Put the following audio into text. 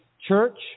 church